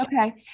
Okay